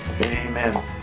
Amen